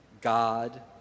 God